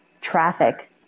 traffic